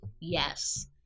yes